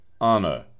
honor